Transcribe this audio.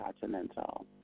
continental